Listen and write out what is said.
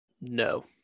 No